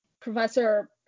Professor